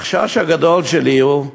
החשש הגדול שלי הוא,